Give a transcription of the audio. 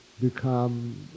become